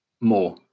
More